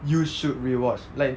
you should re-watch like